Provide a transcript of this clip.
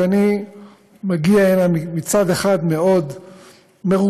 אני מגיע הנה מצד אחד מאוד מרוגש